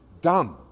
Done